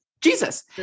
Jesus